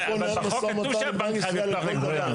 --- צריך פה לנהל משא ומתן עם בנק ישראל על כל דבר.